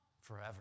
forever